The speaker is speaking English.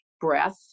breath